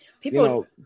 People